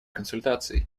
консультаций